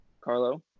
Carlo